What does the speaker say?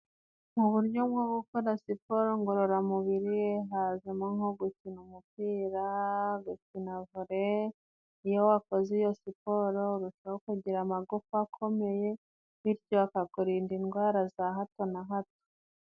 Mu buryo bwo gukora siporo ngororamubiri, hazamo nko gukina umupira, gukina vole; iyo wakoze iyo siporo urushaho kugira amagufa akomeye bityo akakurinda indwara za hato na hato.